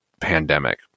pandemic